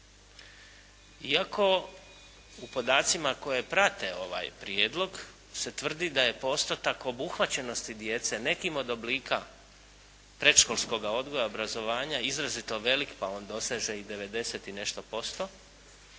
Iako u podacima koji prate ovaj prijedlog se tvrdi da je postotak obuhvaćenosti djece nekim od oblika predškolskoga odgoja i obrazovanja izrazito velik pa on doseže 90 i nešto posto,